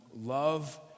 love